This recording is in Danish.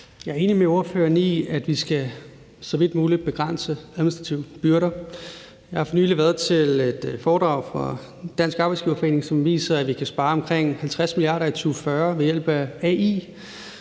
Jeg er enig med ordføreren i, at vi så vidt muligt skal begrænse administrative byrder. Jeg har for nylig været til et foredrag fra Dansk Arbejdsgiverforening, hvor det vises, at vi kan spare omkring 50 mia. kr. i 2040 ved hjælp af AI,